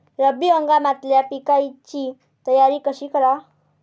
रब्बी हंगामातल्या पिकाइची तयारी कशी कराव?